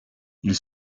ils